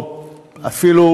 או אפילו